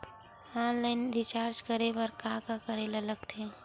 Online recharge करे बर का का करे ल लगथे?